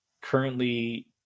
currently